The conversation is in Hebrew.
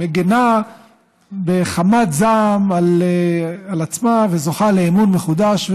מגינה בחמת זעם על עצמה וזוכה לאמון מחודש.